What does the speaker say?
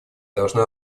должна